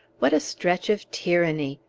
what a stretch of tyranny!